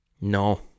No